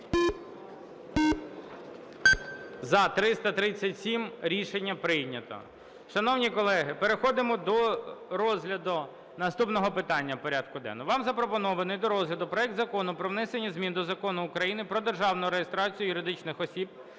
За-337 Рішення прийнято. Шановні колеги, переходимо до розгляду наступного питання порядку денного. Вам запропонований до розгляду проект Закону про внесення змін до Закону України "Про державну реєстрацію юридичних осіб,